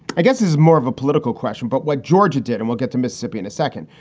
i guess is more of a political question but what georgia did and we'll get to mississippi in a second,